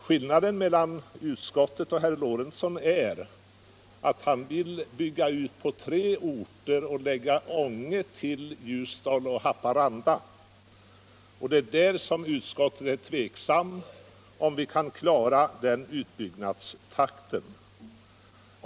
Skillnaden mellan utskottsmajoriteten och herr Lorentzon är att han vill bygga ut på tre orter och lägga Ånge till Ljusdal och Haparanda. Utskottet är tveksamt om vi kan klara den utbyggnadstakten.